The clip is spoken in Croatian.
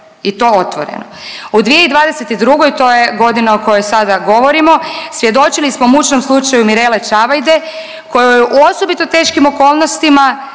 I to otvoreno. U 2022. to je godina o kojoj sada govorimo svjedočili smo mučnom slučaju Mirele Čavajde kojoj u osobito teškim okolnostima,